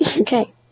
Okay